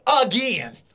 again